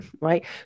right